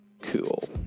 cool